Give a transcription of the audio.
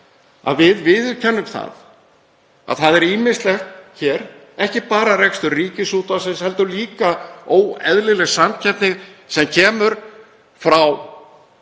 við viðurkennum að það er ýmislegt hér, ekki bara rekstur Ríkisútvarpsins heldur líka óeðlileg samkeppni sem kemur frá